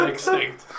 Extinct